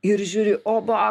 ir žiūri oba